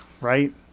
Right